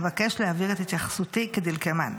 אבקש להעביר את התייחסותי כדלקמן: